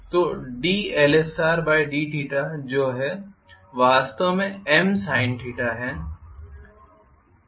तो dLsrdθ जो है वास्तव में Msin है